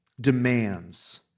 demands